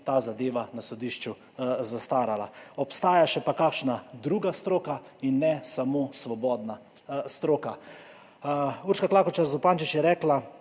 ta zadeva na sodišču zastarala. Obstaja pa še kakšna druga stroka in ne samo svobodna stroka. Urška Klakočar Zupančič je rekla